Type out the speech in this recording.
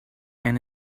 and